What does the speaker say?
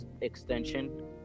extension